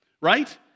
right